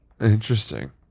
Interesting